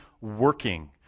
working